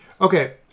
Okay